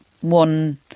one